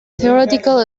theoretical